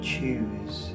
Choose